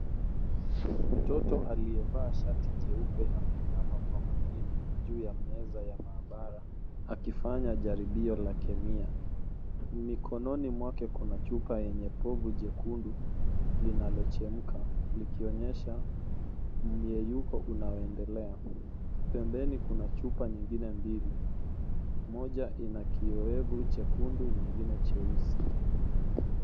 Mtoto aliyevaa shati jeupe ameinama kwa makini juu ya meza ya maabara akifanya jaribio la kemia. Mikononi mwake kuna chupa yenye povu jekundu, linalochemka likionyesha miyeyuko unaoendelea. Pembeni kuna chupa nyingine mbili, moja ina kiyowevu chekundu nyingine cheusi.